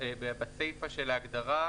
בסיפה של ההגדרה,